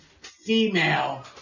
female